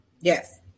Yes